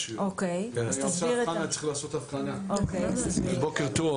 (הצגת מצגת) בוקר טוב,